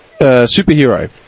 superhero